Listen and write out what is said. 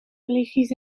religies